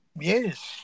Yes